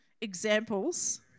examples